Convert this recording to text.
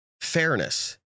fairness